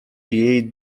jej